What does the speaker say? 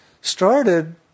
started